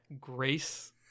grace